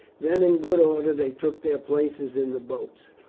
then in good order they took their places in the boats,